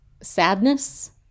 sadness